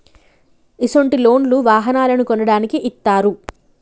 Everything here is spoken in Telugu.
ఇసొంటి లోన్లు వాహనాలను కొనడానికి ఇత్తారు